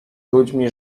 ludźmi